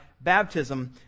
baptism